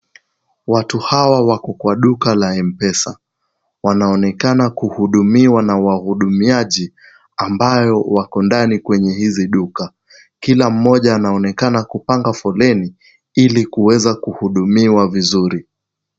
Watu hawa wako kwa duka la m-pesa, wanaonekana kuhudumiwa na wahudumiaji ambao wako ndani kwenye hizi duka. Kila mmoja anaonekana kupanga foleni ili kuweza kuhudumiwa vizuri.